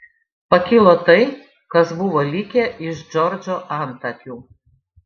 pakilo tai kas buvo likę iš džordžo antakių